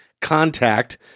Contact